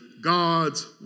God's